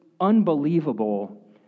unbelievable